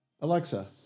Alexa